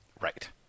Right